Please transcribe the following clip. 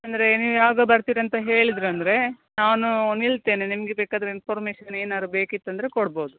ಅಂದರೆ ನೀವು ಯಾವಾಗ ಬರ್ತೀರಂತ ಹೇಳಿದ್ರಿ ಅಂದರೆ ನಾನು ನಿಲ್ತೇನೆ ನಿಮಗೆ ಬೇಕಾದರೆ ಇನ್ಫಾರ್ಮೇಷನ್ ಏನಾದ್ರು ಬೇಕಿತ್ತು ಅಂದರೆ ಕೊಡ್ಬೋದು